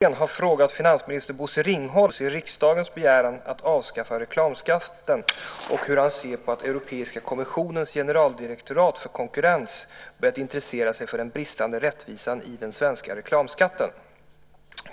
Herr talman! Gunnar Andrén har frågat finansminister Bosse Ringholm när han avser att ta första steget mot att tillgodose riksdagens begäran att avskaffa reklamskatten och hur han ser på att Europeiska kommissionens generaldirektorat för konkurrens börjat intressera sig för den bristande rättvisan i den svenska reklamskatten.